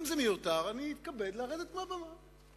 אם זה מיותר, אני אתכבד לרדת מהבמה.